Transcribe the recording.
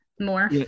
more